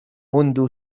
منذ